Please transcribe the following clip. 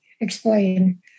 explain